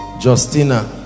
Justina